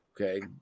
okay